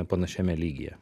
panašiame lygyje